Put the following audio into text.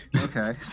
okay